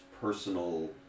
personal